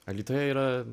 alytuje yra